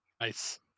Nice